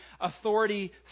authority